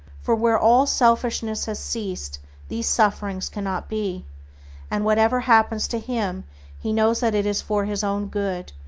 for where all selfishness has ceased these sufferings cannot be and whatever happens to him he knows that it is for his own good,